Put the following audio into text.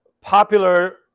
popular